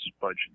budget